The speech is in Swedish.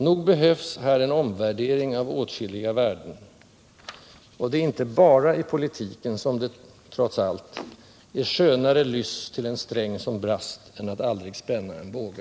Nog behövs här en omvärdering av åtskilliga värden. Och det är inte bara i politiken som det, trots allt, är skönare lyss till en sträng som brast än att aldrig spänna en båge.